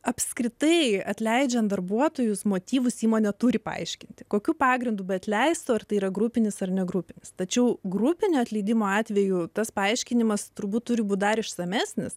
apskritai atleidžiant darbuotojus motyvus įmonė turi paaiškinti kokiu pagrindu bet leistų ar tai yra grupinis ar ne grupės tačiau grupinio atleidimo atveju tas paaiškinimas turbūt turi būti dar išsamesnis